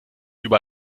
über